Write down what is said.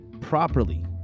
properly